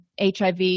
HIV